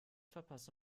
verpasse